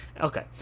Okay